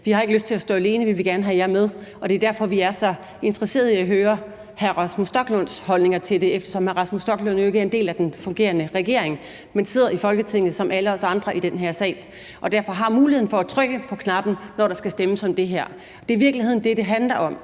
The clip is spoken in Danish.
Vi har ikke lyst til at stå alene. Vi vil gerne have jer med, og det er derfor, vi er så interesserede i at høre hr. Rasmus Stoklunds holdning til det, eftersom hr. Rasmus Stoklund jo ikke er en del af den fungerende regering, men sidder i Folketinget ligesom alle os andre i den her sal og derfor har mulighed for at trykke på knappen, når der skal stemmes om det her. Det er i virkeligheden det, det handler om.